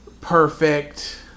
perfect